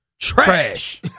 Trash